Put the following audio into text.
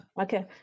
Okay